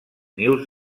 nius